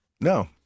No